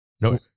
no